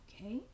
Okay